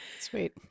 Sweet